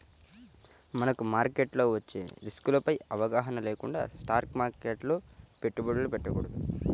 మనకు మార్కెట్లో వచ్చే రిస్కులపై అవగాహన లేకుండా స్టాక్ మార్కెట్లో పెట్టుబడులు పెట్టకూడదు